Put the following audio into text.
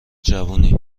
جوونی